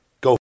Go